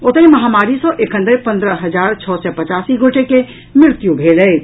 ओतहि महामारी सँ एखन धरि पन्द्रह हजार छओ सय पचासी गोटे के मृत्यु भेल अछि